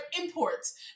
imports